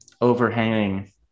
overhanging